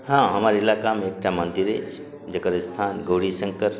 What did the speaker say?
हँ हमर इलाकामे एकटा मन्दिर अछि जकर स्थान गौरी शंकर